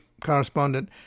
correspondent